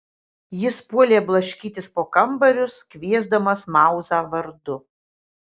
jis puolė blaškytis po kambarius kviesdamas mauzą vardu